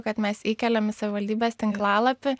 kad mes įkeliam į savivaldybės tinklalapį